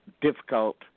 difficult